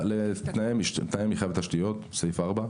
תנאי מחייה ותשתיות, בסעיף 4,